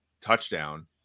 touchdown